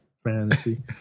Fantasy